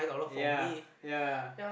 ya ya